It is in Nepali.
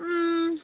उम